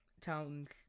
towns